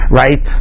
right